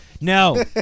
No